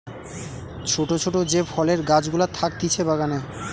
ছোট ছোট যে ফলের গাছ গুলা থাকতিছে বাগানে